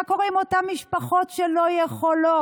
מה קורה עם אותן משפחות שלא יכולות?